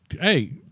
Hey